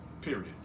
Period